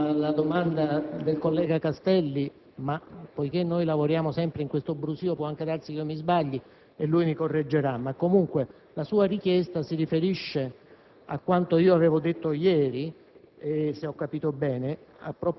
credo di aver capito la domanda del senatore Castelli, ma poiché lavoriamo sempre in questo brusìo, può anche darsi che mi sbagli e lui mi correggerà. La sua richiesta si riferisce